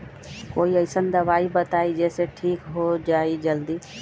कोई अईसन दवाई बताई जे से ठीक हो जई जल्दी?